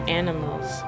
animals